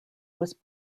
was